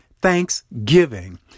thanksgiving